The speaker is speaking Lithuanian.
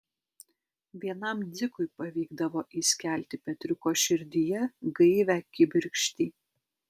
vienam dzikui pavykdavo įskelti petriuko širdyje gaivią kibirkštį